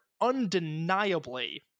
undeniably